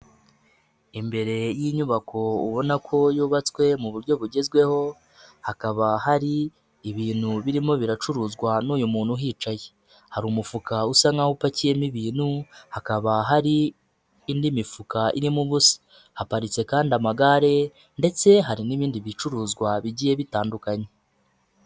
Imbere y'inyubako ubona ko yubatswe mu buryo bugezweho, hakaba hari ibintu birimo biracuruzwa n'uyu muntu uhicaye, hari umufuka usa n'aho upakiyemo ibintu, hakaba hari indi mifuka irimo ubusa, haparitse kandi amagare ndetse hari n'ibindi bicuruzwa bigiye bitandukanye.